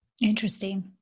interesting